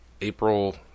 April